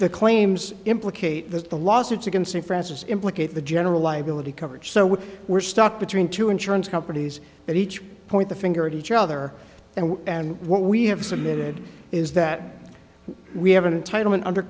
the claims implicate that the lawsuits against the francis implicate the general liability coverage so we were stuck between two insurance companies that each point the finger at each other and and what we have submitted is that we haven't title and